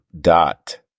Dot